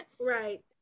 right